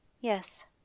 yes